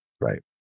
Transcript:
Right